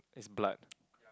is blood